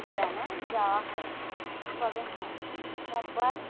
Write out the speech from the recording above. বেড়ানো যাওয়া হয় না তবে হ্যাঁ একবার